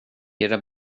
era